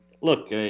look